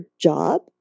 job